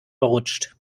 verrutscht